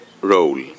role